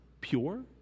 pure